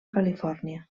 califòrnia